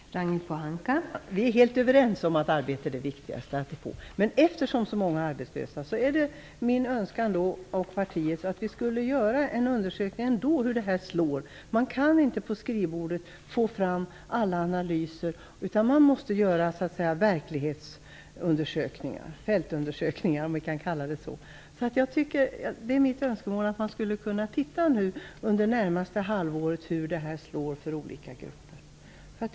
Fru talman! Vi är helt överens om att arbete är det viktigaste. Men eftersom så många är arbetslösa, är det min och Miljöpartiets önskan att en undersökning ändå görs för att få veta hur ändringarna slår. Man kan inte på skrivbordet få fram alla analyser, utan man måste göra verklighetsundersökningar - fältundersökningar, om man kan kalla det så. Det är mitt önskemål att man under det närmaste halvåret tittar på hur detta slår för olika grupper.